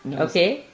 okay.